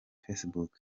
facebook